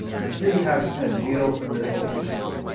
because here you have this kind of geopolitical issue